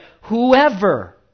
whoever